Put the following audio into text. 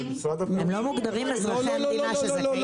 --- הם לא מוגדרים אזרחי המדינה שזה --- לא,